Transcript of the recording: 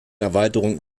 erweiterung